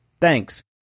Thanks